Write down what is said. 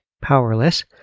Powerless